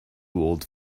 old